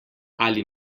ali